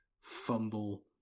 fumble